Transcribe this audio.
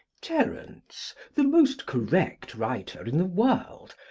terence, the most correct writer in the world,